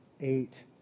eight